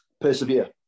persevere